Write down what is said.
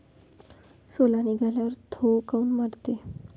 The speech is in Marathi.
सोला निघाल्यावर थो काऊन मरते?